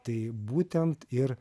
tai būtent ir